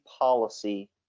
policy